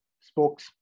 spokes